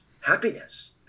happiness